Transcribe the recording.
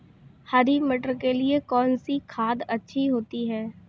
हरी मटर के लिए कौन सी खाद अच्छी होती है?